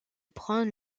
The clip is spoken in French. prendre